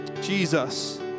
Jesus